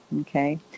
okay